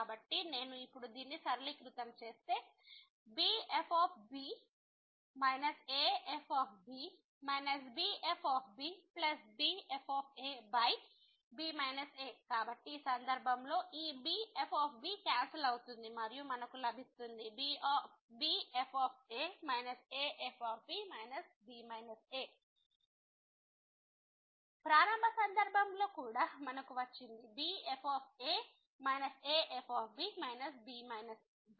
కాబట్టి నేను ఇప్పుడు దీన్ని సరళీకృతం చేస్తే b f b a f b b f bb f a b a కాబట్టి ఈ సందర్భంలో ఈ b f క్యాన్సల్ అవుతుంది మరియు మనకు లభిస్తుంది b f a a f b b a ప్రారంభ సందర్భంలో కూడా మనకు వచ్చింది b f a a f b b a